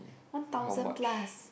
one thousand plus